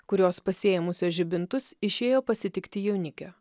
kurios pasiėmusios žibintus išėjo pasitikti jaunikio